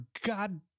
god